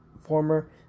former